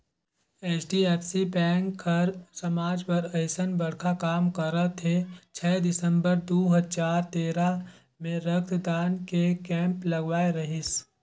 HDFC bank हर समाज बर अइसन बड़खा काम करत हे छै दिसंबर दू हजार तेरा मे रक्तदान के केम्प लगवाए रहीस